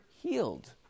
healed